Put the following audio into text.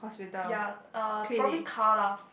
ya uh probably car lah